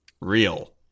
real